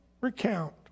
recount